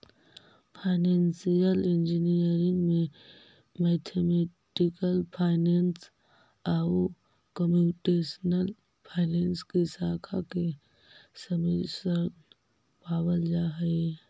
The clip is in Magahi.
फाइनेंसियल इंजीनियरिंग में मैथमेटिकल फाइनेंस आउ कंप्यूटेशनल फाइनेंस के शाखा के सम्मिश्रण पावल जा हई